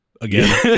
again